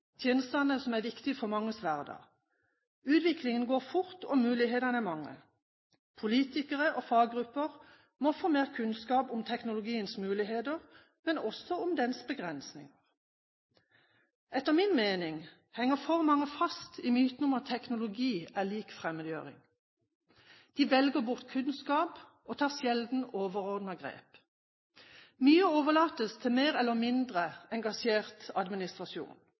som er viktige for manges hverdag. Utviklingen går fort, og mulighetene er mange. Politikere og faggrupper må få mer kunnskap om teknologiens muligheter, men også om dens begrensninger. Etter min mening henger for mange fast i myten om at teknologi er lik fremmedgjøring. De velger bort kunnskap og tar sjelden overordnede grep. Mye overlates til mer eller mindre engasjert administrasjon.